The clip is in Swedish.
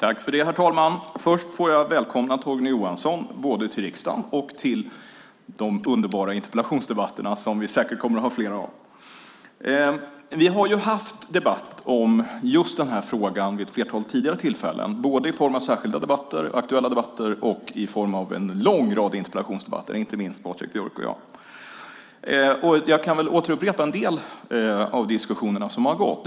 Herr talman! Först får jag välkomna Torgny Johansson både till riksdagen och till de underbara interpellationsdebatterna som vi säkert kommer att ha flera av. Vi har ju haft debatt om just den här frågan vid ett flertal tidigare tillfällen, både i form av särskilda debatter, aktuella debatter och en lång rad interpellationsdebatter, inte minst Patrik Björck och jag. Jag kan väl upprepa en del av de diskussioner som har varit.